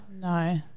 No